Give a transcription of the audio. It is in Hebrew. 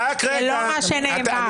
זה לא מה שנאמר.